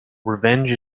revenge